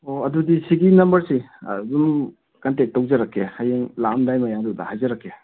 ꯑꯣ ꯑꯗꯨꯗꯤ ꯁꯤꯒꯤ ꯅꯝꯕꯔꯁꯤ ꯑꯗꯨꯝ ꯀꯟꯇꯦꯛ ꯇꯧꯖꯔꯛꯀꯦ ꯍꯌꯦꯡ ꯂꯥꯛꯑꯝꯗꯥꯏ ꯃꯌꯥꯗꯨꯗ ꯍꯥꯏꯖꯔꯛꯀꯦ